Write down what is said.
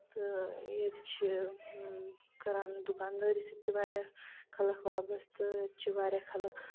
تہٕ ییٚتہِ چھِ کران دُکان دٲری سۭتۍ تہِ واریاہ خَلَک وابَستہٕ ییٚتہِ چھِ واریاہ خلک